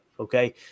Okay